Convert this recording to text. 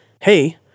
hey